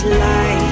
light